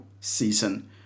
season